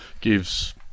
gives